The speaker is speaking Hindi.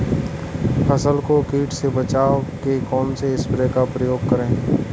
फसल को कीट से बचाव के कौनसे स्प्रे का प्रयोग करें?